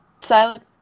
silent